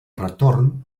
retorn